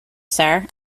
sir